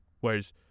Whereas